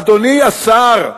אדוני השר,